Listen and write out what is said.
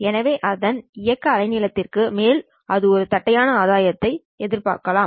எனவே அதன் இயக்க அலைநீளத்திற்கு மேல் அது ஒரு தட்டையான ஆதாயத்தை எதிர்பார்க்கலாம்